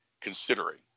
considering